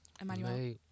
Emmanuel